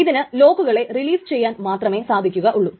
ഇതിന് ലോക്കുകളെ റിലീസ് ചെയ്യാൻ മാത്രമേ സാധിക്കുകയുള്ളൂ